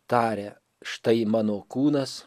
tarė štai mano kūnas